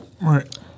Right